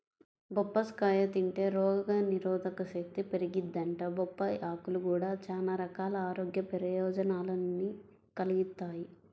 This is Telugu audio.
బొప్పాస్కాయ తింటే రోగనిరోధకశక్తి పెరిగిద్దంట, బొప్పాయ్ ఆకులు గూడా చానా రకాల ఆరోగ్య ప్రయోజనాల్ని కలిగిత్తయ్